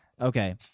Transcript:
Okay